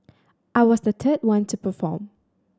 I was the third one to perform